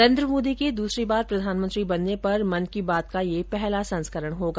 नरेन्द्र मोदी के दूसरी बार प्रधानमंत्री बनने पर मन की बात का यह पहला संस्करण होगा